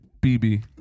BB